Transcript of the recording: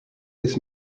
this